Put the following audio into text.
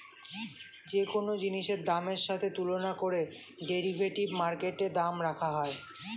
যে কোন জিনিসের দামের সাথে তুলনা করে ডেরিভেটিভ মার্কেটে দাম রাখা হয়